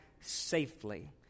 safely